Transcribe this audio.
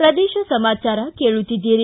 ಪ್ರದೇಶ ಸಮಾಚಾರ ಕೇಳುತ್ತೀದ್ಗಿರಿ